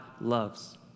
loves